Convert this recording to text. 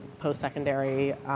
post-secondary